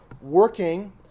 working